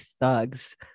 thugs